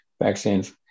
vaccines